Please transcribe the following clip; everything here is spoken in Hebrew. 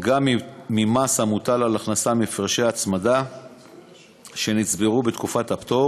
גם ממס המוטל על הכנסה מהפרשי הצמדה שנצברו בתקופת הפטור